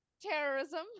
terrorism